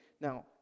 Now